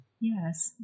Yes